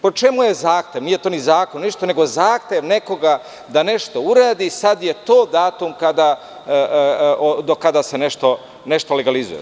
Po čemu je zahtev, nije to ni zakon nego zahtev nekoga da nešto uradi i sada je to datum do kada se nešto legalizuje.